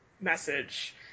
message